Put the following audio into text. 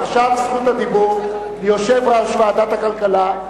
עכשיו זכות הדיבור ליושב-ראש ועדת הכלכלה.